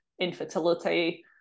infertility